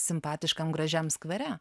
simpatiškam gražiam skvere